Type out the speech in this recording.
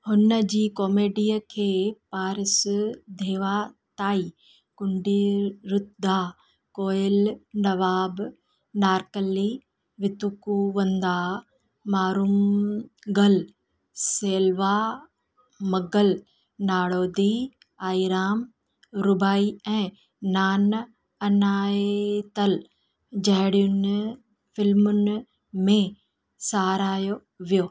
हुन जी कॉमेडीअ खे पार्स धेवा ताईं कुंडी वृद्धा कोएल नवाब नार्कली वितुकुवंदा मारून गल सेलवा मगल नाड़ुदी आएराम रुबाई ऐं नान अनाए तल झाड़ियुनि फिल्मुनि में साराहियो वियो